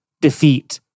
defeat